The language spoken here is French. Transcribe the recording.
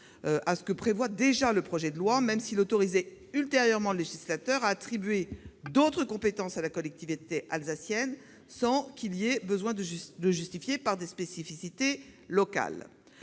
à ce que prévoit déjà le projet de loi, même s'il tend à autoriser ultérieurement le législateur à attribuer d'autres compétences à la collectivité alsacienne, sans qu'il soit besoin de le justifier par des spécificités locales.